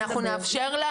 אנחנו נאפשר לה,